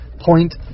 point